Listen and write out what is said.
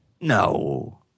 No